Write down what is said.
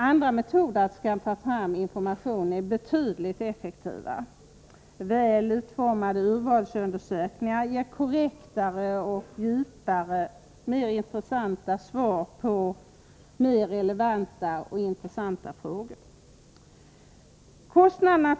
Andra metoder att skaffa fram information är betydligt effektivare. Väl utformade urvalsundersökningar ger korrektare, djupare och mer intressanta svar på mer relevanta och intressanta frågor.